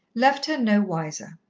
left her no wiser.